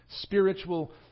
Spiritual